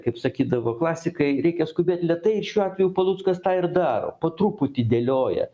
kaip sakydavo klasikai reikia skubėt lėtai šiuo atveju paluckas tą ir daro po truputį dėlioja